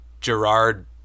Gerard